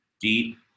deep